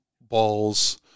balls –